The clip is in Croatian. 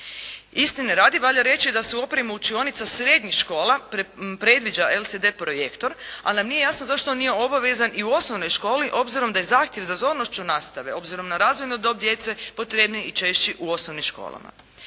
Istine radi, valja reći da su opremu učionica srednjih škola predviđa LCD projektor, ali nam nije jasno zašto on nije obavezan i u osnovnoj školi obzirom da je zahtjev za zornošću nastave, obzirom na razvojnu dob djece potrebniji i češći u osnovnim školama.